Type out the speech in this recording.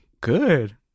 good